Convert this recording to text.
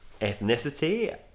ethnicity